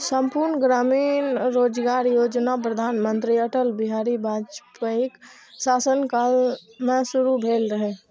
संपूर्ण ग्रामीण रोजगार योजना प्रधानमंत्री अटल बिहारी वाजपेयीक शासन काल मे शुरू भेल रहै